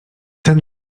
ten